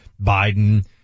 Biden